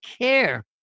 care